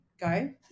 go